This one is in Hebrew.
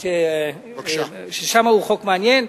שהוא חוק מעניין.